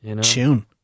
tune